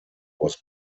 was